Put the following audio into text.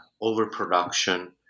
overproduction